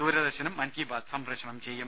ദൂരദർശനും മൻകി ബാത്ത് സംപ്രേഷണം ചെയ്യും